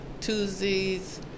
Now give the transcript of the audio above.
Tuesdays